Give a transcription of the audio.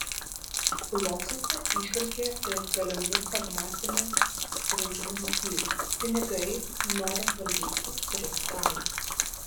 filosofė įžvelgė ir galimų pragmatinių pasirinkimo motyvų pinigai noras valdyti turėti galią